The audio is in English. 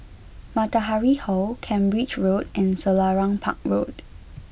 Matahari Hall Cambridge Road and Selarang Park Road